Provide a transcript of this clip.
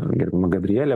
gerbiama gabrielė